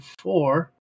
four